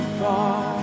far